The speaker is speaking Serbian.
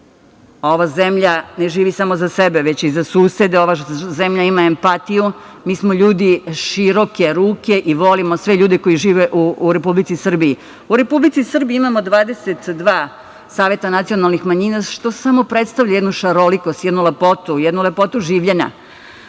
Ova zemlja ne živi samo za sebe, već i za susede. Ova zemlja ima empatiju. Mi smo ljudi široke ruke i volim sve ljude koji žive u Republici Srbiji.U Republici Srbiji imamo 22 saveta nacionalnih manjina što samo predstavlja jednu šarolikost, jednu lepotu življenja.